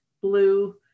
blue